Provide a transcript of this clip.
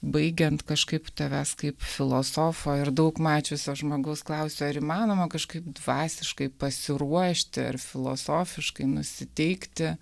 baigiant kažkaip tavęs kaip filosofo ir daug mačiusio žmogaus klausiu ar įmanoma kažkaip dvasiškai pasiruošti ir filosofiškai nusiteikti